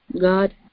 God